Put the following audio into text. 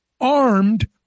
armed